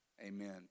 amen